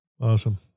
Awesome